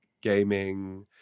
gaming